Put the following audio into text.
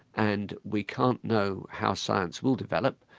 and we can't know how science will develop,